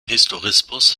historismus